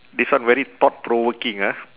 this one very thought provoking ah